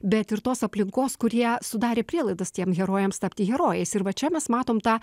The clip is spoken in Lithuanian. bet ir tos aplinkos kurie sudarė prielaidas tiem herojams tapti herojais ir va čia mes matom tą